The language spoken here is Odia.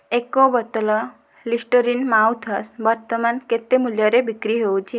ଏକ ବୋତଲ ଲିଷ୍ଟରିନ୍ ମାଉଥ୍ୱାଶ୍ ବର୍ତ୍ତମାନ କେତେ ମୂଲ୍ୟରେ ବିକ୍ରି ହେଉଛି